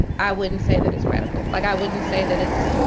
i wouldn't say that it's radical. like, i wouldn't say that it's